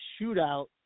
Shootout